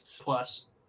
plus